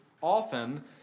often